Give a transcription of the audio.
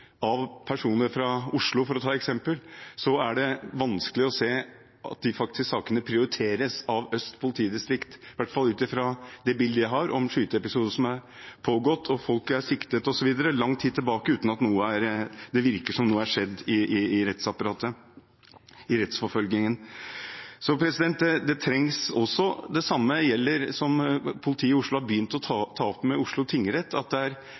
for å ta et eksempel, er det vanskelig å se at de sakene faktisk blir prioritert av Øst politidistrikt, i hvert fall ut ifra det bildet jeg har om skyteepisoder som har skjedd, der folk ble siktet osv. for lang tid tilbake, uten at det virker som om noe har skjedd i rettsapparatet, i rettsforfølgingen. Så det trengs også, som politiet i Oslo har begynt å ta opp med Oslo tingrett, ut ifra en sånn differensiering av hvilke miljøer man står overfor, at